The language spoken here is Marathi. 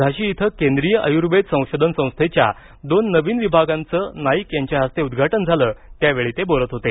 झाशी इथं केंद्रीय आयुर्वेद संशोधन संस्थेच्या दोन नवीन विभागांचं नाईक यांच्या हस्ते उद्वाटन झालं त्यावेळी ते बोलत होते